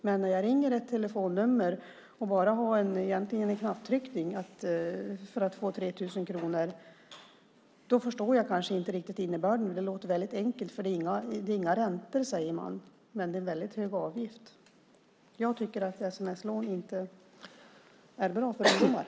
Men ringer jag ett telefonnummer där det egentligen bara krävs en knapptryckning för att få 3 000 kronor förstår jag kanske inte innebörden. Det låter enkelt, för man säger att det inte är några räntor. Men det är väldigt hög avgift. Sms-lån är inte bra för ungdomar.